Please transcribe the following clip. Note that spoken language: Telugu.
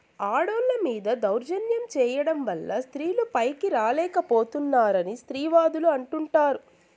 ఆడోళ్ళ మీద దౌర్జన్యం చేయడం వల్ల స్త్రీలు పైకి రాలేక పోతున్నారని స్త్రీవాదులు అంటుంటారు